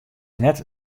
net